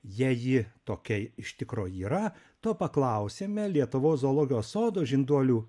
jei ji tokia iš tikro yra to paklausėme lietuvos zoologijos sodo žinduolių